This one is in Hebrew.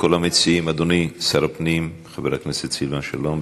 לכל המציעים שר הפנים חבר הכנסת סילבן שלום.